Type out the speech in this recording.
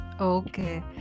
Okay